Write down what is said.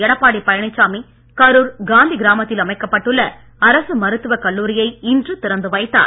எடப்பாடி பழனிச்சாமி கருர் காந்தி கிராமத்தில் அமைக்கப்பட்டுள்ள அரசு மருத்துவக் கல்லூரியை இன்று திறந்து வைத்தார்